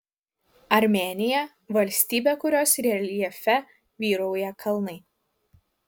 armėnija valstybė kurios reljefe vyrauja kalnai